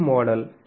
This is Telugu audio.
ఇది మోడల్